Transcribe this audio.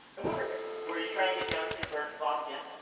come over here. were you trying to get down to your bird fob again?